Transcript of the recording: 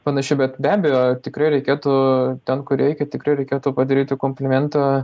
panaši bet be abejo tikrai reikėtų ten kur reikia tikrai reikėtų padaryti komplimentą